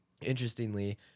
interestingly